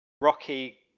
Rocky